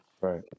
Right